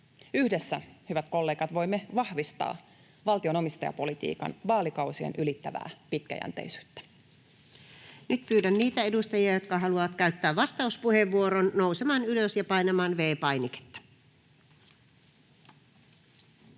Yhdessä, hyvät kollegat, voimme vahvistaa valtion omistajapolitiikan vaalikausien ylittävää pitkäjänteisyyttä. Nyt pyydän niitä edustajia, jotka haluavat käyttää vastauspuheenvuoron, nousemaan ylös ja painamaan V-painiketta.